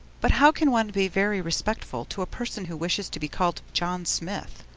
but how can one be very respectful to a person who wishes to be called john smith?